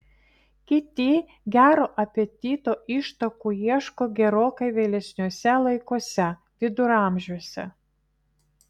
kiti gero apetito ištakų ieško gerokai vėlesniuose laikuose viduramžiuose